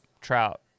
Trout